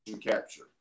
capture